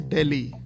Delhi